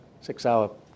Six-hour